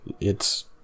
It's-